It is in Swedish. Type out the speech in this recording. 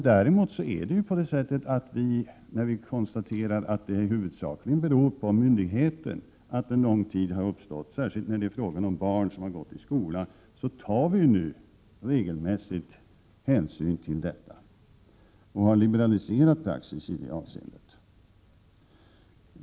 När vi däremot konstaterar att det huvudsakligen beror på myndigheterna att det har uppstått en lång handläggningstid — särskilt när det är fråga om barn som har gått i skola — tar vi numera regelmässigt hänsyn till detta och har liberaliserat praxis i det här avseendet.